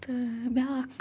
تہٕ بیٛاکھ